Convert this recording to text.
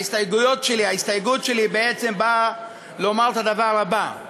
ההסתייגות שלי באה לומר את הדבר הבא: